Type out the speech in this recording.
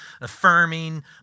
affirming